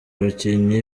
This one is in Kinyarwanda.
abakinnyi